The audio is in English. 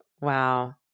Wow